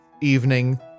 evening